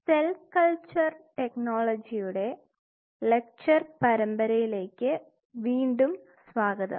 cell culture technology യുടെ lecture പരമ്പരയിലേക്ക് വീണ്ടും സ്വാഗതം